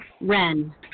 Ren